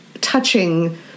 touching